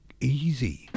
easy